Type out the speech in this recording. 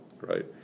right